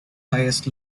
highest